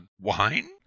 wine